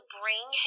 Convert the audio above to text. bring